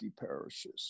parishes